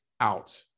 out